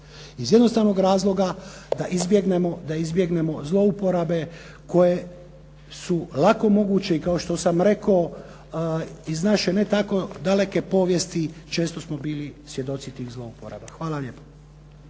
iz jednostavnog razloga, da izbjegnemo zlouporabe koje su lako moguće i kao što sam rekao, iz naše ne tako daleke povijesti, često smo bili svjedoci tih zlouporaba. Hvala lijepo.